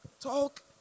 Talk